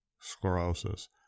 sclerosis